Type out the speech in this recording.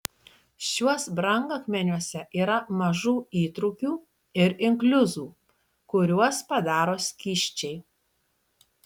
šiuos brangakmeniuose yra mažų įtrūkių ir inkliuzų kuriuos padaro skysčiai